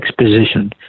exposition